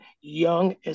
young